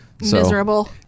miserable